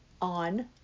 on